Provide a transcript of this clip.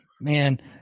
man